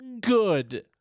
Good